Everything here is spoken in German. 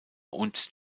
und